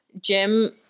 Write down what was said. Jim